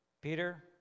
Peter